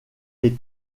des